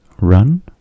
run